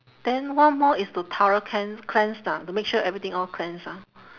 then one more is to thorough cleanse cleanse ah to make sure everything all cleanse ah